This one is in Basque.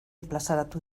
plazaratu